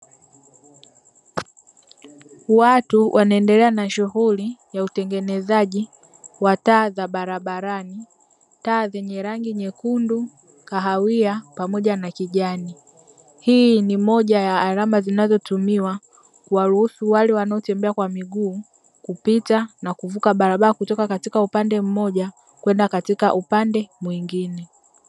Watu wanaendelea na shughuli ya utengenezaji wa taa za barabarani taa zenye rangi nyekundu, kahawia pamoja na kijani. Hii ni moja ya alama zinazotumiwa kuwaruhusu wale wanao tembea kwa miguu kupita na kuvuka barabara kutoka katika upande mmoja kwenda katika upande mwingine.